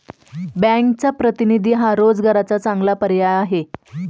बँकचा प्रतिनिधी हा रोजगाराचा चांगला पर्याय आहे